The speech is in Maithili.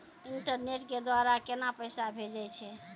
इंटरनेट के द्वारा केना पैसा भेजय छै?